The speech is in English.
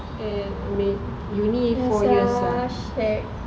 uni sia shag